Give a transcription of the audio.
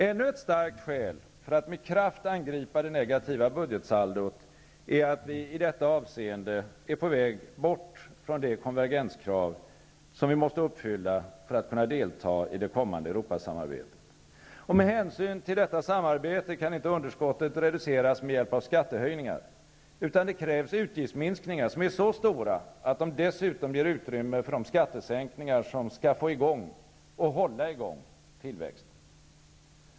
Ännu ett starkt skäl för att med kraft angripa det negativa budgetsaldot är att vi i detta avseende är på väg bort från det konvergenskrav som vi måste uppfylla för att kunna delta i det kommande Europasamarbetet. Med hänsyn till detta samarbete kan inte underskottet reduceras med hjälp av skattehöjningar, utan det krävs utgiftsminskningar som är så stora att de dessutom ger utrymme för de skattesänkningar som skall få i gång -- och hålla i gång -- tillväxten.